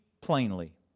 plainly